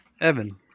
Evan